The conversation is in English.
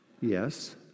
Yes